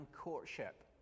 courtship